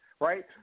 right